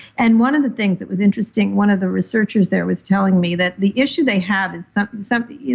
and one of the things that was interesting, one of the researchers there was telling me that the issue they have is something.